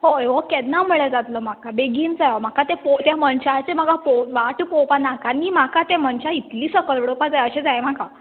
होय केन्ना म्हणल्यार जातलो म्हाका बेगीन जायो म्हाका तें त्या मनशाचें म्हाका वाट पळोवपा नाका आनी म्हाका ते मनशा इतली सकयल उडोवपाक जाय अशी जाय म्हाका